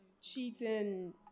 Cheating